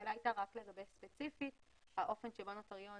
השאלה הייתה ספציפית לגבי האופן שבו נוטריון